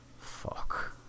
Fuck